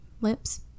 lips